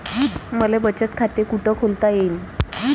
मले बचत खाते कुठ खोलता येईन?